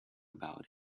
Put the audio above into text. about